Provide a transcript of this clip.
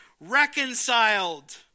Reconciled